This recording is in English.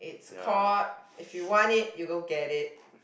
it's called if you want it you go get it